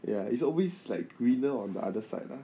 ya it's always like greener on the other side lah